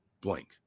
blank